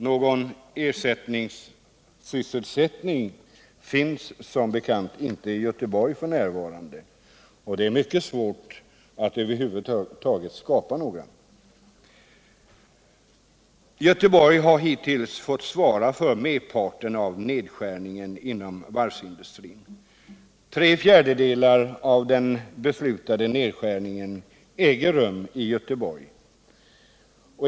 Någon ersättningssysselsättning finns som bekant inte i Göteborg f. n., och det är över huvud taget mycket svårt att skapa någon. ph) Göteborg har hittills fått svara för merparten av nedskärningarna inom varvsindustrin. Tre fjärdedelar av den beslutade nedskärningen äger rum i Göteborg.